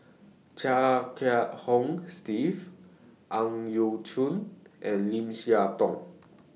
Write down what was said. Chia Kiah Hong Steve Ang Yau Choon and Lim Siah Tong